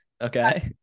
okay